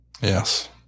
Yes